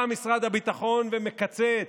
בא משרד הביטחון ומקצץ,